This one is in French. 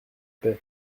paix